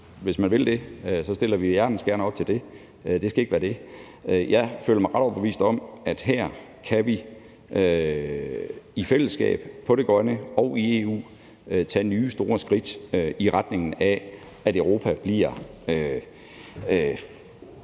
hvis man vil det, stiller vi hjertens gerne op til det; det skal ikke være det. Jeg føler mig ret overbevist om, at her kan vi i fællesskab på det grønne og i EU tage nye, store skridt i retning af, at Europa bliver,